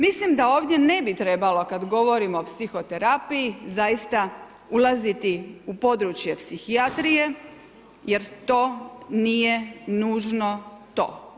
Mislim da ovdje ne bi trebalo kad govorimo o psihoterapiji zaista ulaziti u područje psihijatrije jer to nije nužno to.